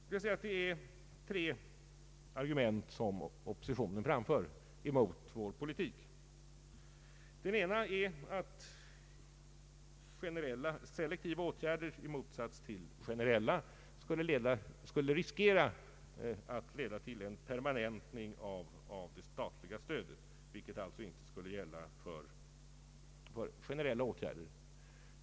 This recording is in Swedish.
Oppositionen framför tre argument mot vår politik. Ett argument är att selektiva åtgärder skulle kunna leda till en permanentning av det statliga stödet, vilket alltså inte skulle gälla för generella åtgärder.